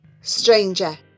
stranger